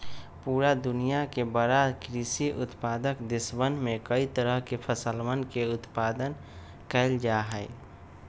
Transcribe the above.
पूरा दुनिया के बड़ा कृषि उत्पादक देशवन में कई तरह के फसलवन के उत्पादन कइल जाहई